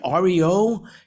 REO